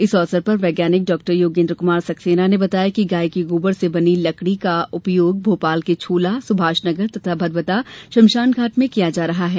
इस अवसर पर वैज्ञानिक डॉ योगेन्द्र कुमार सक्सेना ने बताया कि गाय के गोबर से बनी लकड़ी गौ काष्ठ का उपयोग भोपाल के छोला सुभाष नगर तथा भदभदा शमशानघाट में किया जा रहा है